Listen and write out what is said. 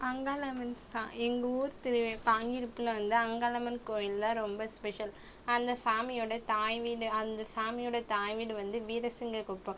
அங்காளம்மன் தான் எங்கள் ஊர் திரு பாங்கிருப்பில் வந்து அங்காளம்மன் கோவில்லாம் ரொம்ப ஸ்பெஷல் அந்த சாமியோடய தாய் வீடு அந்த சாமியோடய தாய் வீடு வந்து வீரசிங்க குப்பம்